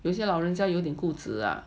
有些老人家有点固执 ah